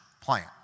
plant